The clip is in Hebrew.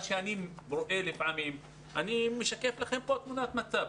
אני משקף לכם כאן תמונת מצב.